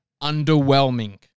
Underwhelming